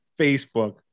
Facebook